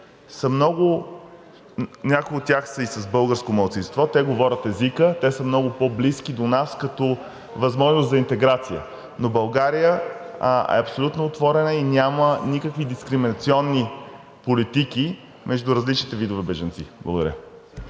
някои от тях са и българско малцинство, те говорят езика, те са много по-близки до нас като възможност за интеграция. Но България е абсолютно отворена и няма никакви дискриминационни политики между различните видове бежанци. Благодаря.